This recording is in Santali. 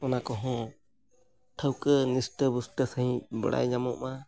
ᱚᱱᱟ ᱠᱚᱦᱚᱸ ᱴᱷᱟᱶᱠᱟᱹ ᱱᱤᱥᱴᱟᱹ ᱯᱩᱥᱴᱟᱹ ᱥᱟᱺᱦᱤᱡ ᱵᱟᱲᱟᱭ ᱧᱟᱢᱚᱜ ᱢᱟ